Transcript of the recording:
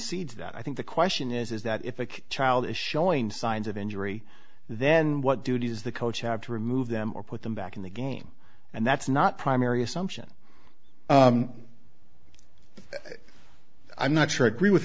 cedes that i think the question is is that if a child is showing signs of injury then what duty is the coach have to remove them or put them back in the game and that's not primary assumption i'm not sure i agree with